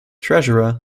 treasurer